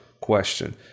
question